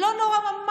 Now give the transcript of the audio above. לא נעים, לא נורא.